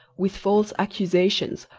with false accusations,